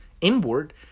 inward